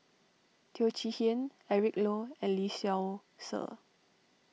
Teo Chee Hean Eric Low and Lee Seow Ser